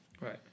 Right